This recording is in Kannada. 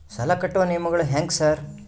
ಸಾಲ ಕಟ್ಟುವ ನಿಯಮಗಳು ಹ್ಯಾಂಗ್ ಸಾರ್?